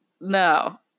no